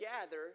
gather